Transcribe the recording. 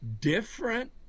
different